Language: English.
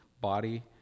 body